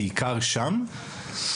בעיקר שם,